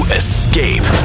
escape